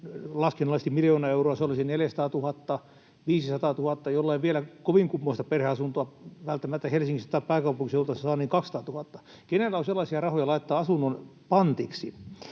laskennallisesti miljoona euroa, se olisi 400 000–500 000, jolla ei vielä kovin kummoista perheasuntoa välttämättä Helsingistä tai pääkaupunkiseudulta saa, niin 200 000. Kenellä on sellaisia rahoja laittaa asunnon pantiksi?